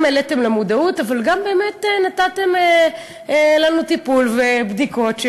גם העליתם למודעות אבל גם באמת נתתם לנו טיפול ובדיקות,